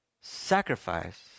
Sacrifice